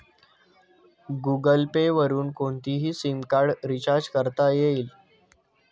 Google Pay वरुन कोणतेही SIM card recharge करता येईल